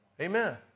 Amen